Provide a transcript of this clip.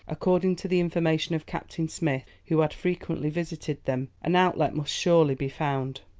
according to the information of captain smith, who had frequently visited them, an outlet must surely be found.